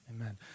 Amen